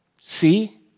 See